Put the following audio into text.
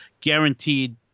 guaranteed